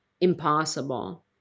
impossible